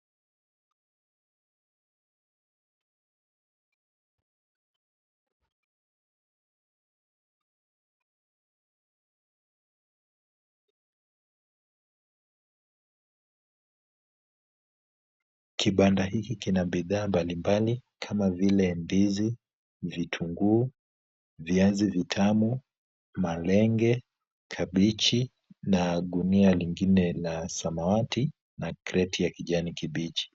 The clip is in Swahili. Kibanda hiki kina vitu mbalimbali kama vile ndizi, vitunguu, viazi vitamu , malenge, kabeji na gunia lingine la samawati na kreti ya kijani kibichi.